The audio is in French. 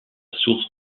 source